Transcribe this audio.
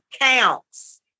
counts